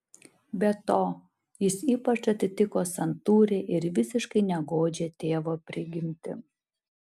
be to jis ypač atitiko santūrią ir visiškai negodžią tėvo prigimtį